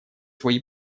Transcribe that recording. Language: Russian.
свои